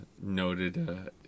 noted